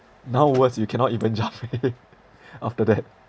now worse you cannot even jump eh after that